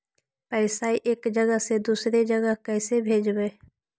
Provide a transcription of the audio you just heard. पैसा एक जगह से दुसरे जगह कैसे भेजवय?